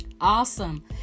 awesome